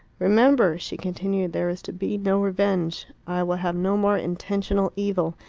remember, she continued, there is to be no revenge. i will have no more intentional evil.